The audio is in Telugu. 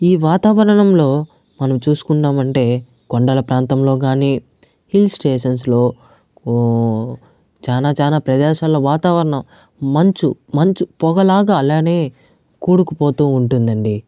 ఈ వాతావరణంలో మనం చూసుకున్నామంటే కొండల ప్రాంతంలో కానీ హిల్ స్టేషన్స్లో చాలా చాలా ప్రదేశాలలో వాతావరణం మంచు మంచు పొగలాగా అలాగే కూడుకు పోతు ఉంటుందండి